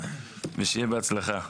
פה ושיהיה בהצלחה.